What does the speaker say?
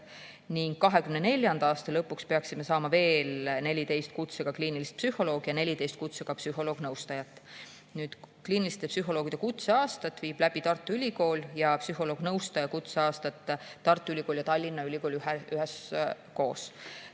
ning 2024. aasta lõpuks peaksime saama veel 14 kutsega kliinilist psühholoogi ja 14 kutsega psühholoog-nõustajat. Kliiniliste psühholoogide kutseaastat korraldab Tartu Ülikool ja psühholoog-nõustaja kutseaastat teevad Tartu Ülikool ja Tallinna Ülikool üheskoos.